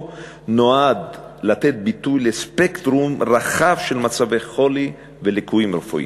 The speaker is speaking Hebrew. נועד לתת ביטוי לספקטרום רחב של מצבי חולי וליקויים רפואיים.